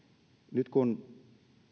nyt kun